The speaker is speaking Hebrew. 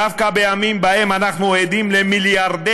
דווקא בימים שבהם אנחנו עדים למיליארדי